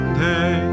day